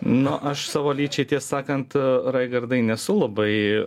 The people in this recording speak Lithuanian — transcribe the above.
nu aš savo lyčiai tiesą sakant raigardai nesu labai